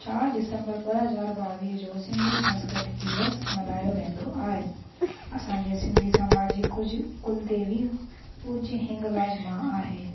चारि दिसंबर ॿ हज़ार ॿावीह जो सिंधी संस्कृति दिवस मल्हायो वेंदो आहे असांजे सिंधी समाज जी कुझ कुलदेवी पूज्य हिंगलाज माउ आहे